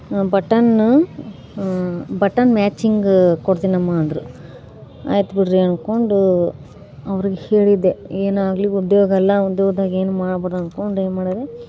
button button matching ಕೊಡ್ತೀನಮ್ಮ ಅಂದರು ಆಯ್ತು ಬಿಡಿರಿ ಅಂದ್ಕೊಂಡು ಅವ್ರಿಗೆ ಹೇಳಿದ್ದೆ ಏನಾಗಲಿ ಉದ್ಯೋಗ ಅಲ್ಲ ಉದ್ಯೋಗದಾಗೆ ಏನು ಮಾಡ್ಬೇಡಿರಿ ಅಂದ್ಕೊಂಡು ಏನು ಮಾಡಿದೆ